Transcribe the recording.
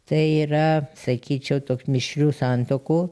tai yra sakyčiau toks mišrių santuokų